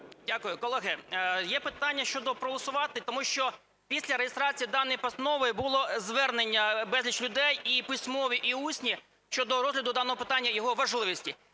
Дякую. Колеги, є питання щодо проголосувати, тому що після реєстрації даної постанови було звернення безлічі людей, і письмові, і усні, щодо розгляду даного питання, його важливості.